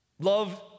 Love